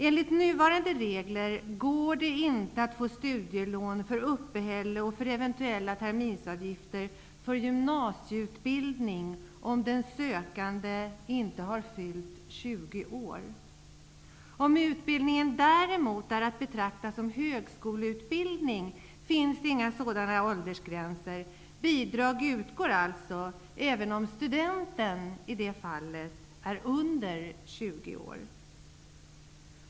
Enligt nuvarande regler går det inte att få studielån för uppehälle och eventuella terminsavgifter för gymnasieutbildning om den sökande inte har fyllt 20 år. Om utbildningen däremot är att betrakta som högskoleutbildning finns inga sådana åldersgränser. Bidrag utgår alltså, även om studenten i det fallet är under 20 år.